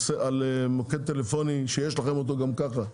על מוקד טלפוני שיש לכם אותו גם כך?